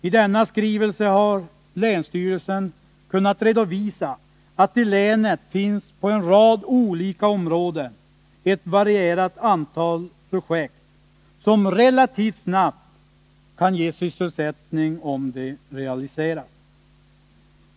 I denna skrivelse har länsstyrelsen kunnat redovisa att i länet finns, på en rad olika områden, ett varierat antal projekt som relativt snabbt kan ge sysselsättning om det realiseras.